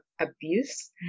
abuse